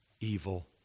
evil